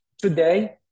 Today